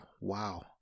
wow